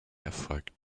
erfolgt